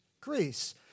Greece